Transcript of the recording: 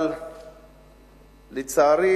אבל לצערי,